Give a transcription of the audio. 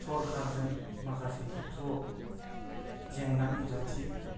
सरखारजों माखासे खेत्रआव जेंना नुजाथियो